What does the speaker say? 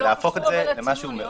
זה לא קשור לצינון.